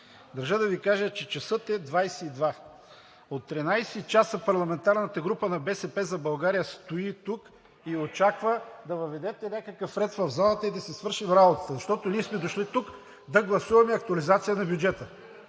държа да Ви кажа, че часът е 22,00. От 13 часа парламентарната група на „БСП за България“ стои тук и очаква да въведете някакъв ред в залата и да си свършим работата, защото ние сме дошли тук да гласуваме актуализация на бюджета.